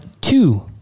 two